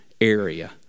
area